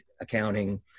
accounting